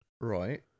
Right